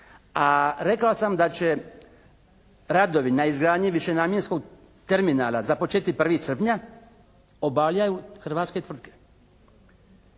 a rekao sam da će radovi na izgradnji višenamjenskog terminala započeti 1. srpnja obavljaju hrvatske tvrtke.